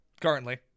currently